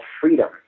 Freedom